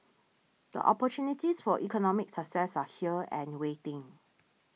the opportunities for economic success are here and waiting